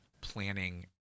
planning –